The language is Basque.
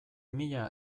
mila